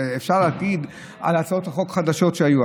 אפשר להגיד על הצעות החוק חדשות שהיו,